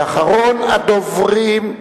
ואחרון הדוברים,